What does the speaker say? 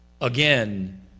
Again